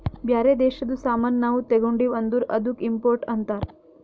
ಬ್ಯಾರೆ ದೇಶದು ಸಾಮಾನ್ ನಾವು ತಗೊಂಡಿವ್ ಅಂದುರ್ ಅದ್ದುಕ ಇಂಪೋರ್ಟ್ ಅಂತಾರ್